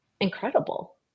incredible